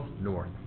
north